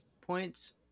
points